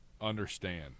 understand